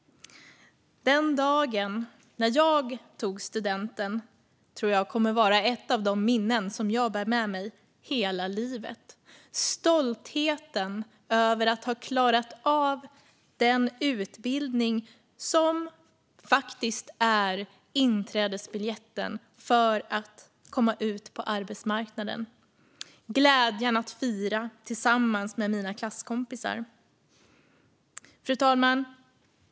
Den dag då jag tog studenten tror jag kommer att vara ett av de minnen jag bär med mig hela livet. Det handlar om stoltheten över att ha klarat av den utbildning som faktiskt är inträdesbiljetten till arbetsmarknaden och glädjen att fira tillsammans med mina klasskompisar. Fru talman!